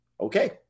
okay